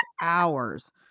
hours